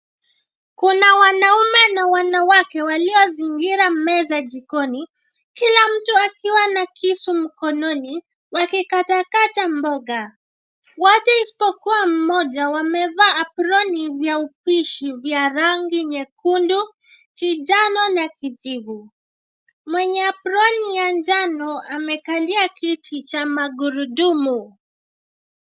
Kuna wanaume na wanawake waliozingira meza jikoni; kila mtu akiwa na kisu mkononi, wakikatakata mboga. Wote isipokuwa mmoja, wamevaa aproni vya upishi vya rangi nyekundu, kijano na kijivu. Mwenye aproni ya njano amekalia kiti cha magurudumu.